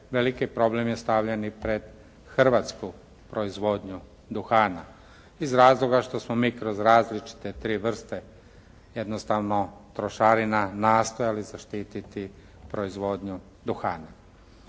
veliki problem je stavljen i pred hrvatsku proizvodnju duhana iz razloga što smo mi kroz različite tri vrste jednostavno trošarina nastojali zaštititi proizvodnju duhana.